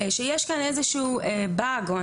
יש קושי שעלול להיתקף, ואני